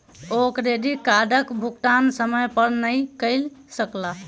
ओ credit कार्डक भुगतान समय पर नै कय सकला